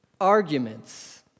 Arguments